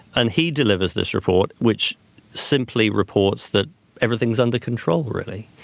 and he delivers this report which simply reports that everything's under control really.